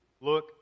look